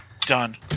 Done